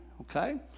okay